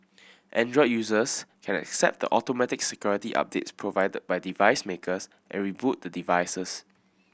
android users can accept the automatic security updates provided by device makers and reboot the devices